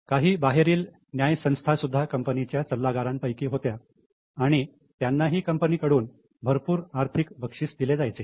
काही बाहेरील न्याय संस्था सुद्धा कंपनीच्या सल्लागारांपैकी होत्या आणि त्यांनाही कंपनीकडून भरपूर आर्थिक बक्षिसे दिली जायची